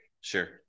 sure